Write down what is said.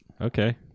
Okay